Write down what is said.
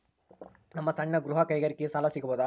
ನಮ್ಮ ಸಣ್ಣ ಗೃಹ ಕೈಗಾರಿಕೆಗೆ ಸಾಲ ಸಿಗಬಹುದಾ?